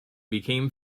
became